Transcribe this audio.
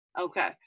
Okay